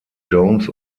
jones